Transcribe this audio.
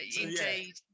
Indeed